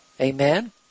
Amen